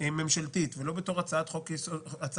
ממשלתית ולא בתור הצעת חוק פרטית,